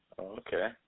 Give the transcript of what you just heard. Okay